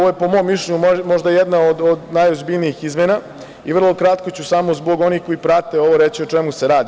Ovo je po mom mišljenju možda jedna od najozbiljnijih izmena i vrlo kratko ću samo zbog onih koji prate ovo reći o čemu se radi.